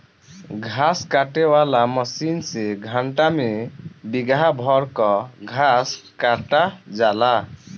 घास काटे वाला मशीन से घंटा में बिगहा भर कअ घास कटा जाला